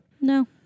No